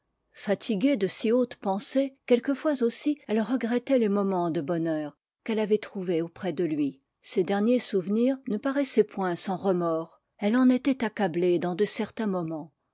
fatiguée de si hautes pensées quelquefois aussi elle regrettait les moments de bonheur qu'elle avait trouvés auprès de lui ces derniers souvenirs ne paraissaient point sans remords elle en était accablée dans de certains moments